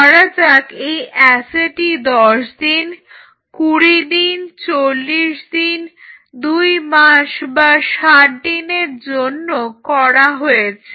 ধরা যাক এই অ্যাসেটি 10 দিন 20 দিন 40 দিন দুই মাস বা 60 দিনের জন্য করা হয়েছে